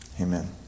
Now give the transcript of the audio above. Amen